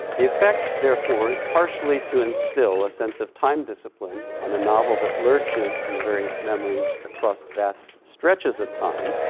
the effect, therefore, is partially to instill a sense of time discipline on a novel that lurches through various memories across vast stretches of time,